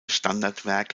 standardwerk